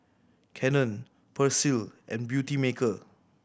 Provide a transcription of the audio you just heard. Canon Persil and Beautymaker